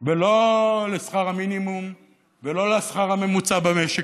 ולא לשכר המינימום ולא לשכר הממוצע במשק,